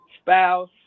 spouse